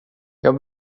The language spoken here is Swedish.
jag